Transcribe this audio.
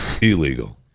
illegal